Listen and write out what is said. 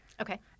okay